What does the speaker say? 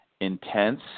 intense